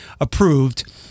approved